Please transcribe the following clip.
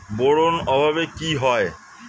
Boron অভাবে কি হয়?